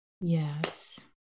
yes